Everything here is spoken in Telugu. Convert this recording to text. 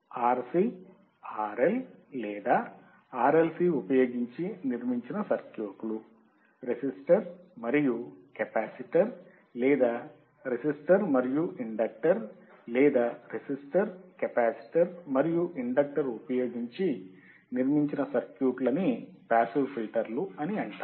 RC RL లేదా RLC ఉపయోగించి నిర్మించిన సర్క్యూట్లు రెసిస్టర్ మరియు కెపాసిటర్ లేదా రెసిస్టర్ మరియు ఇండక్టర్ లేదా రెసిస్టర్ కెపాసిటర్ మరియు ఇండక్టర్ ఉపయోగించి నిర్మించిన సర్క్యూట్స్ ని పాసివ్ ఫిల్టర్లు అని అంటారు